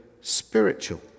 spiritual